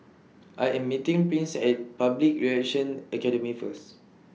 I Am meeting Prince At Public Relations Academy First